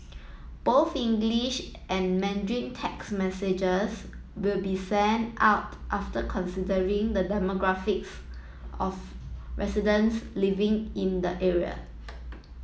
both English and Mandarin text messages will be sent out after considering the demographics of residents living in the area